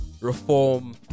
reform